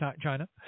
China